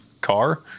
car